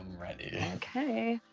ready. okay.